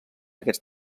aquests